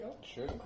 Sure